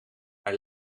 hij